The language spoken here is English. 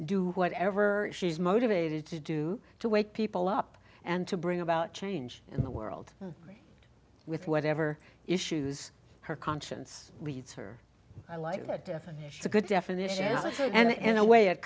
do whatever she's motivated to do to wake people up and to bring about change in the world with whatever issues her conscience leads her i like that definition a good definition and in a way it